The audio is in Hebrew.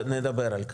נדבר על כך.